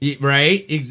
Right